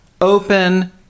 open